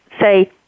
say